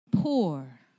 poor